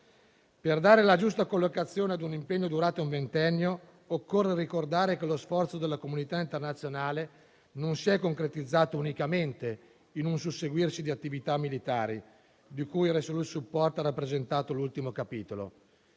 Per dare la giusta collocazione ad un impegno durato un ventennio, occorre ricordare che lo sforzo della comunità internazionale non si è concretizzato unicamente in un susseguirsi di attività militari, di cui l'operazione Resolute support ha rappresentato l'ultimo capitolo.